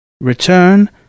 Return